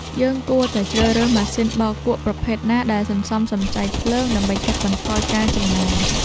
យើងគួរតែជ្រើសរើសម៉ាស៊ីនបោកគក់ប្រភេទណាដែលសន្សំសំចៃភ្លើងដើម្បីកាត់បន្ថយការចំណាយ។